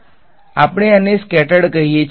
વિદ્યાર્થી સાહેબ ધારો કે આપણી પાસે બે ઓબ્જેકટ્સ છે